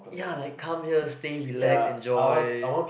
ya like come here stay relax enjoy